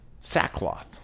Sackcloth